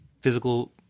physical